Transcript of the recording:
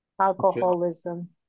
Alcoholism